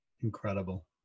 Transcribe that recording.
Incredible